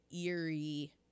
eerie